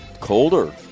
Colder